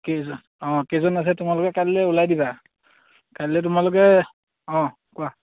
কেইজন অঁ কেইজন আছে তোমালোকে কাইলৈ ওলাই দিবা কাইলৈ তোমালোকে অঁ কোৱা